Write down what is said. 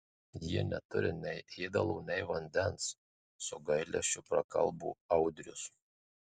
jie neturi nei ėdalo nei vandens su gailesčiu prakalbo audrius